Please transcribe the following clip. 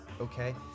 Okay